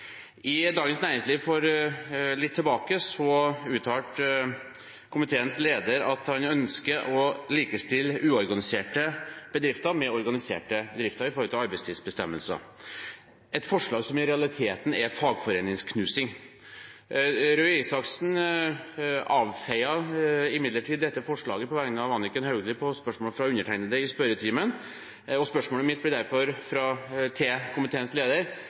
I Dagens Næringsliv for en tid tilbake uttalte komiteens leder at han ønsker å likestille uorganiserte bedrifter og organiserte bedrifter når det gjelder arbeidstidsbestemmelsene – et forslag som i realiteten er fagforeningsknusing. På vegne av Anniken Hauglie avfeide Røe Isaksen imidlertid dette forslaget på spørsmål fra undertegnede i spørretimen. Spørsmålet mitt til komiteens leder blir derfor: Er Fremskrittspartiet klar til